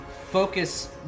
focus